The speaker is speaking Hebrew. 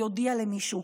או יודיע למישהו.